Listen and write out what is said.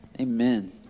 amen